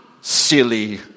Silly